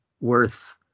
worth